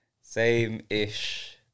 Same-ish